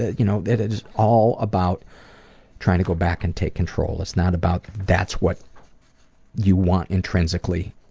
ah you know that is all about trying to go back and take control, it's not about that's what you want intrinsically,